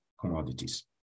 commodities